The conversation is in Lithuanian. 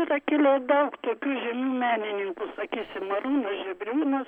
yra kilę daug tų menininkų sakysim arūnas žėbriūnas